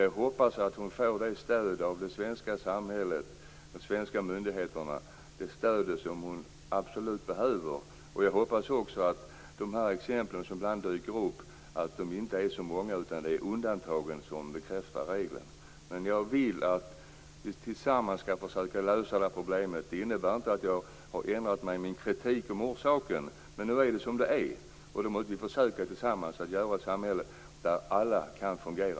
Jag hoppas att hon från de svenska myndigheterna får det stöd som hon absolut behöver. Jag hoppas att de exempel som ibland dyker upp inte är så många utan utgör de undantag som bekräftar regeln. Jag vill att vi tillsammans skall försöka lösa detta problem. Det innebär inte att jag ändrar min kritik beträffande orsakerna, men när det är som det är måste vi försöka skapa ett samhälle där alla kan fungera.